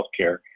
Healthcare